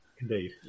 Indeed